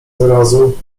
wyrazu